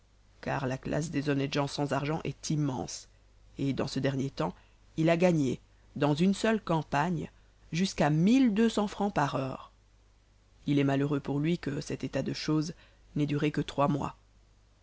car la classe des honnêtes gens sans argent est immense et dans ce dernier temps il a gagné dans une seule campagne jusqu'à francs par heure il est malheureux pour lui que cet état de choses n'ait duré que trois mois